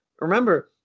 Remember